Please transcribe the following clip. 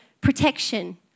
protection